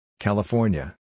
California